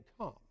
come